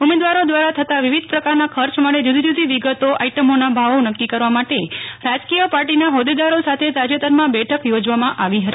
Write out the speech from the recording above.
ઉમેદવારો દ્વારા થતાં વિવિધ પ્રકારના ખર્ચ માટે જુદી જુદી વિગતોઆઈટમોના ભાવો નકકી કરવા માટે રાજકીય પાર્ટીના હોદેદારો સાથે તાજેતરમાં બેઠક યોજવામાં આવી હતી